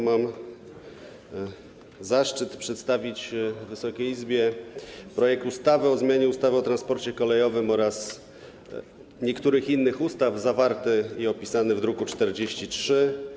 Mam zaszczyt przedstawić Wysokiej Izbie projekt ustawy o zmianie ustawy o transporcie kolejowym oraz niektórych innych ustaw, zawarty i opisany w druku nr 43.